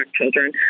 children